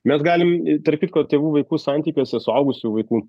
mes galim tarp kitko tėvų vaikų santykiuose suaugusių vaikų